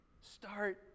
Start